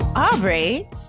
Aubrey